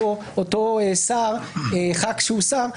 או חבר כנסת שהוא שר,